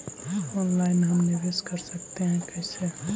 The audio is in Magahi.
ऑनलाइन हम निवेश कर सकते है, कैसे?